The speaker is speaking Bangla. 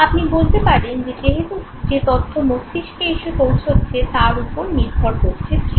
আপনি বলতে পারেন যে যেহেতু যে তথ্য মস্তিষ্কে এসে পৌঁছচ্ছে তার ওপর নির্ভর করছে স্মৃতি